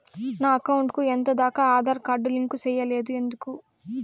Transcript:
నా అకౌంట్ కు ఎంత దాకా ఆధార్ కార్డు లింకు సేయలేదు ఎందుకు